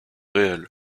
réelle